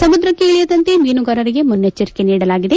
ಸಮುದ್ರಕ್ಷೆ ಇಳಿಯದಂತೆ ಮೀನುಗಾರರಿಗೆ ಮುನ್ನೆಚ್ಚರಿಕೆ ನೀಡಲಾಗಿದೆ